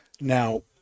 Now